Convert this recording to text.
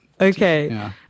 Okay